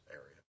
area